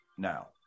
Now